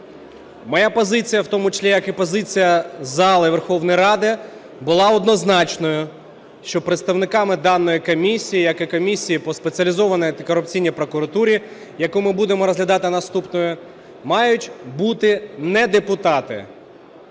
Моя позиція, в тому числі як і позиція зали Верховної Ради, була однозначною, що представниками даної комісії, як і комісії по Спеціалізованій антикорупційній прокуратурі, яку ми будемо розглядати наступною, мають бути не депутати,